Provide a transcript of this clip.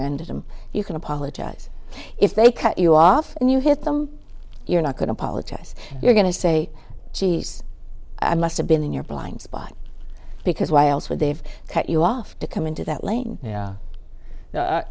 into them you can apologize if they cut you off and you hit them you're not going to apologize you're going to say geez i must have been in your blind spot because why else would they have cut you off to come into that lane y